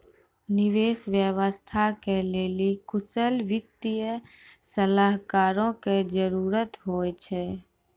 निवेश व्यवस्था के लेली कुशल वित्तीय सलाहकारो के जरुरत होय छै